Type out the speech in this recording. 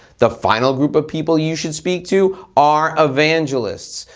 the final group of people you should speak to are evangelists.